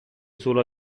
solo